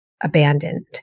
abandoned